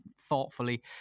thoughtfully –